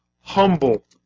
humble